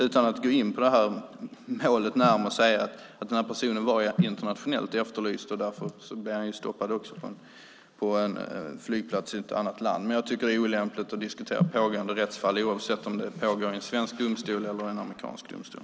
Utan att gå in på målet närmare kan jag bara säga att den här personen var internationellt efterlyst, och därför blev han stoppad på en flygplats i ett annat land. Men jag tycker att det är olämpligt att diskutera pågående rättsfall, oavsett om de pågår i svensk eller amerikansk domstol.